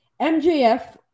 MJF